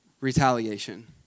retaliation